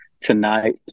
tonight